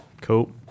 Cool